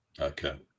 Okay